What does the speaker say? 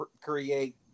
create